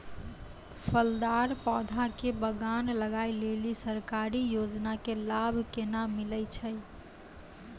फलदार पौधा के बगान लगाय लेली सरकारी योजना के लाभ केना मिलै छै?